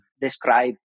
describe